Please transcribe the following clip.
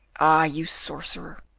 ah, you sorcerer!